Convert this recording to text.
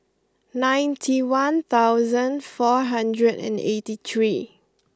ninety one thousand four hundred and eighty three